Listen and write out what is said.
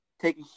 take